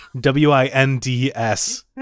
W-I-N-D-S